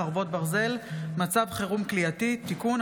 חרבות ברזל) (מצב חירום כליאתי) (תיקון),